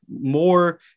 more